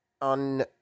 on